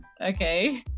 okay